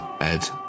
Ed